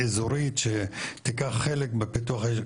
אזורית שתיקח חלק בפיתוח,